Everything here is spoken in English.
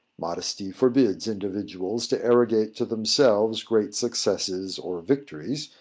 modesty forbids individuals to arrogate to themselves great successes or victories,